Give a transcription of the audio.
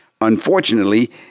Unfortunately